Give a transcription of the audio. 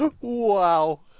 Wow